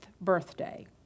birthday